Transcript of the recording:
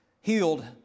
healed